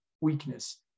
weakness